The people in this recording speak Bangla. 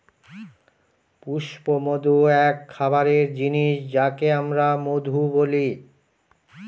পুষ্পমধু এক খাবারের জিনিস যাকে আমরা মধু বলি